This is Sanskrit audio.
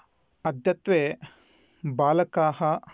अद्यत्वे बालकाः